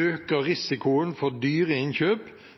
øker risikoen for dyre innkjøp